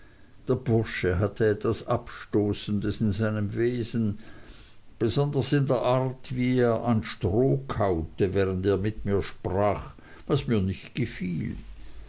der bursche hatte etwas abstoßendes in seinem wesen besonders in der art wie er an stroh kaute während er mit mir sprach was mir nicht gefiel